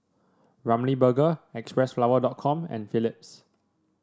Ramly Burger Xpressflower dot com and Philips